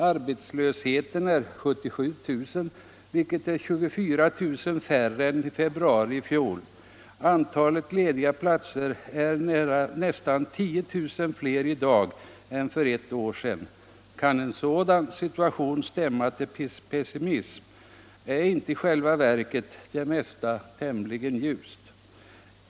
Arbetslösheten är 77 000, vilket är 24 000 färre än i februari i fjol. Antalet lediga platser är nästan 10000 fler i dag än för ett år sedan. Kan en sådan situation stämma till pessimism? Är inte i själva verket det mesta tämligen ljust?